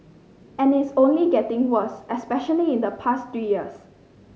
and it's only getting worse especially in the past three years